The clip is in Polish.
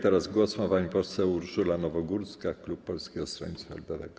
Teraz głos ma pani poseł Urszula Nowogórska, klub Polskiego Stronnictwa Ludowego.